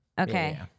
Okay